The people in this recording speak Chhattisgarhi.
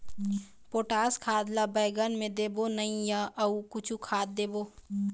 पोटास खाद ला बैंगन मे देबो नई या अऊ कुछू खाद देबो?